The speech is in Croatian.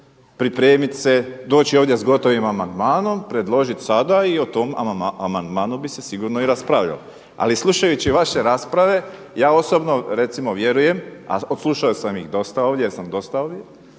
pripremit se, doći ovdje sa gotovim amandmanom, predložit sada i o tom amandmanu bi se sigurno i raspravljalo. Ali slušajući vaše rasprave ja osobno recimo vjerujem, a odslušao sam ih dosta ovdje, jer sam dosta ovdje